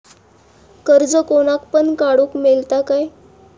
कर्ज कोणाक पण काडूक मेलता काय?